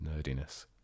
nerdiness